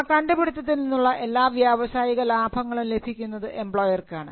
ആ കണ്ടുപിടിത്തത്തിൽ നിന്നുള്ള എല്ലാ വ്യാവസായിക ലാഭങ്ങളും ലഭിക്കുന്നത് എംപ്ലോയർക്കാണ്